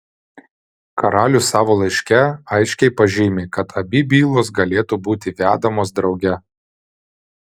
karalius savo laiške aiškiai pažymi kad abi bylos galėtų būti vedamos drauge